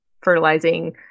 fertilizing